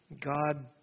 God